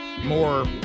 more